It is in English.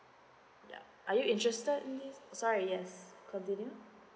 yeah are you interested in this sorry yes continue